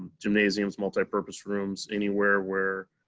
gymnasiums, multipurpose rooms, anywhere where